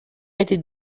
était